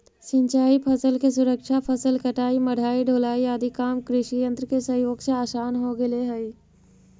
सिंचाई फसल के सुरक्षा, फसल कटाई, मढ़ाई, ढुलाई आदि काम कृषियन्त्र के सहयोग से आसान हो गेले हई